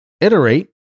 Iterate